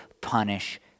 punish